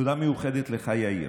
תודה מיוחדת לך, יאיר,